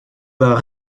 bat